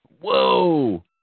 Whoa